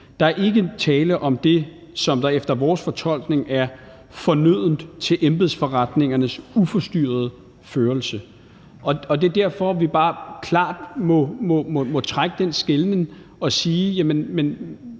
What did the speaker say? Der er ikke tale om det, som efter vores fortolkning er fornødent til embedsforretningernes uforstyrrede førelse. Det er derfor, vi bare klart må foretage den skelnen og sige,